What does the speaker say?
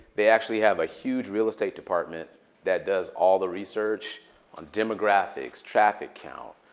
they actually have a huge real estate department that does all the research on demographics, traffic count,